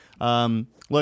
Look